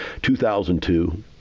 2002